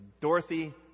Dorothy